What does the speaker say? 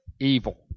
evil